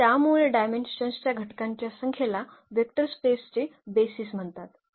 आता त्यामुळे डायमेन्शन्सच्या घटकांच्या संख्येला वेक्टर स्पेसचे बेसीस म्हणतात